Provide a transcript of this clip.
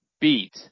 beat